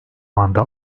anda